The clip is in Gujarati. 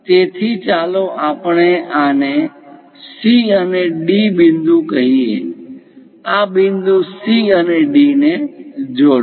તેથી ચાલો આપણે આને C અને D બિંદુ કહીએ આ બિંદુ સી અને ડી ને જોડો